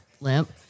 limp